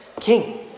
king